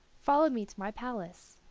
follow me to my palace.